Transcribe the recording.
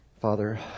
Father